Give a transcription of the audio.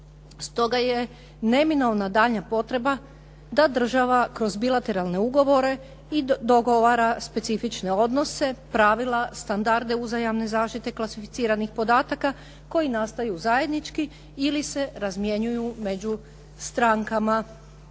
Stoga je neminovna daljnja potreba da država kroz bilateralne ugovore i dogovara specifičan odnose, pravila, standarde uzajamne zaštite klasificiranih podataka koji nastaju zajednički ili se razmjenjuju među strankama